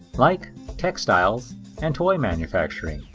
like textiles and toy manufacturing.